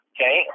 Okay